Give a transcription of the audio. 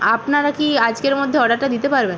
আপনারা কি আজকের মধ্যে অর্ডারটা দিতে পারবেন